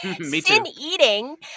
sin-eating